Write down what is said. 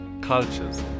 cultures